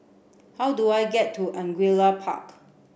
how do I get to Angullia Park